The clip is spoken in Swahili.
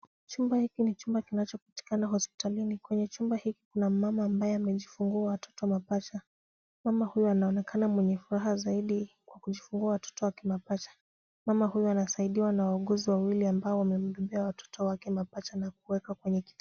Chumba hiki ni chumba kinachopatikana hospitalini. Kwenye chumba hiki kuna mama ambaye amejifungua watoto mapacha. Mama huyu anaonekana mama mwwnye furaha zaidi kwa kujifungua watoto wake mapacha. Mama huyu anasidiwa na wauguzi wawili ambao wamembebea watoto wake mapacha na kuwaweka kwenye kitanda.